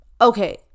Okay